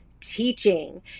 Teaching